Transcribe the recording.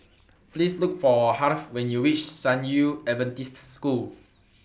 Please Look For Harve when YOU REACH San Yu Adventist School